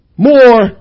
more